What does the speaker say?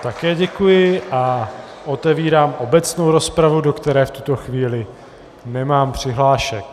Také děkuji a otevírám obecnou rozpravu, do které v tuto chvíli nemám přihlášek.